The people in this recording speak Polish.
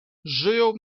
żyją